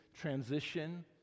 transition